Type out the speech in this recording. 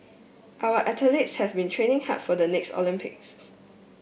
our athletes have been training hard for the next Olympics